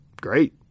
great